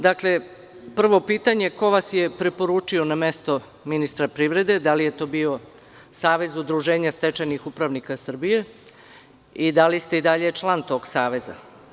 Dakle, prvo pitanje – ko vas je preporučio na mesto ministra privrede, da li je to bio Savez udruženja stečajnih upravnika Srbije i da li ste i dalje član tog Saveza?